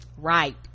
right